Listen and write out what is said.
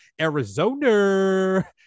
Arizona